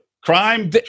Crime